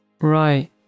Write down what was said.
Right